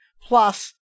plus